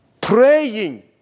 praying